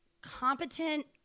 competent